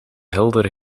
heldere